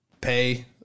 pay